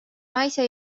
naise